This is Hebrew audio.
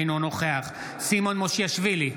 אינו נוכח סימון מושיאשוילי,